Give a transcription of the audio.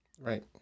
Right